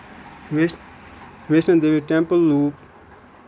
ویش Vaishno Devi temple loop